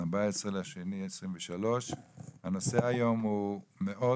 ה-14 בפברואר 2023. הנושא היום הוא מאוד